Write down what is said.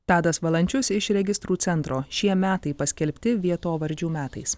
tadas valančius iš registrų centro šie metai paskelbti vietovardžių metais